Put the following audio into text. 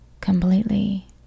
completely